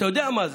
אתה יודע מה זה.